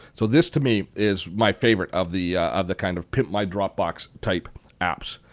so this, to me, is my favourite of the of the kind of pimp my dropbox type apps.